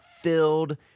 filled